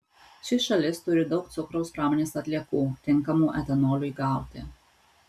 ši šalis turi daug cukraus pramonės atliekų tinkamų etanoliui gauti